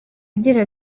agira